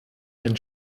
ein